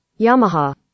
Yamaha